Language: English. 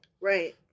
Right